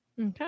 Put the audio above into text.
okay